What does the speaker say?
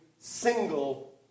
Single